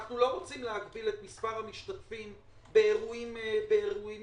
אנחנו לא רוצים להגביל את מספר המשתתפים באירועים דתיים